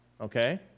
Okay